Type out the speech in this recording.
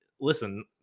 listen